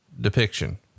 depiction